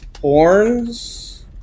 horns